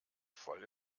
voll